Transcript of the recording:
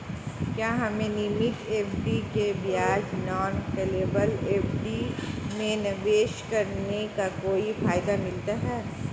क्या हमें नियमित एफ.डी के बजाय नॉन कॉलेबल एफ.डी में निवेश करने का कोई फायदा मिलता है?